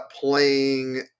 playing